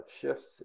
shifts